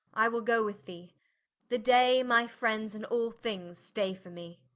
i will goe with thee the day, my friend, and all things stay for me.